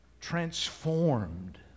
transformed